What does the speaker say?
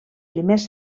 primers